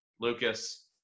lucas